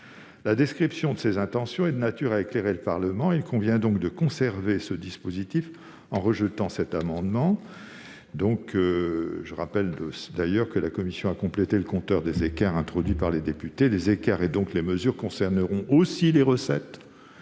la description de ses intentions est de nature à éclairer le Parlement. Il convient donc de conserver ce dispositif, en rejetant cet amendement. Je rappelle d'ailleurs que la commission a complété le compteur des écarts introduit par les députés. Les écarts, et donc les mesures, concerneront aussi les recettes-